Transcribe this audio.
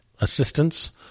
assistance